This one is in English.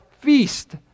feast